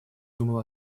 думал